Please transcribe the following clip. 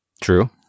True